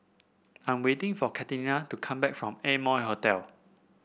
I am waiting for Catina to come back from Amoy Hotel